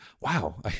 wow